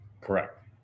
correct